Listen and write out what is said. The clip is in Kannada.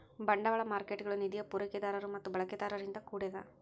ಬಂಡವಾಳ ಮಾರ್ಕೇಟ್ಗುಳು ನಿಧಿಯ ಪೂರೈಕೆದಾರರು ಮತ್ತು ಬಳಕೆದಾರರಿಂದ ಕೂಡ್ಯದ